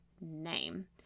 name